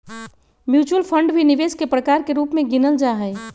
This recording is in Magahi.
मुच्युअल फंड भी निवेश के प्रकार के रूप में गिनल जाहई